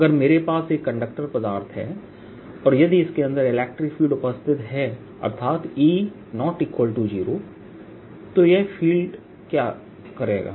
अगर मेरे पास एक कंडक्टर पदार्थ है और यदि इसके अंदर इलेक्ट्रिक फील्ड उपस्थित है अर्थात E0 तो यह फील्ड क्या करेगा